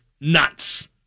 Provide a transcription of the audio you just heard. nuts